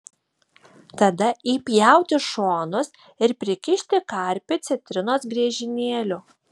tada įpjauti šonus ir prikišti karpį citrinos griežinėlių